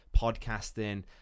podcasting